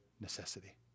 necessity